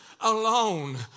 alone